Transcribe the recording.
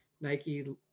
Nike